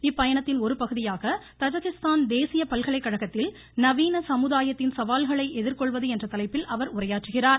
இப்பயணத்தின் ஒருபகுதியாக தஜகிஸ்தான் தேசிய பல்கலைக்கழகத்தில் நவீன சமுதாயத்தின் சவால்களை எதிர்கொள்வது என்ற தலைப்பில் அவர் உரையாற்றுகிறார்